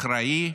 אחראי,